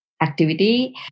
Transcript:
activity